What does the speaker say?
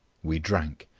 we drank,